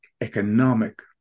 economic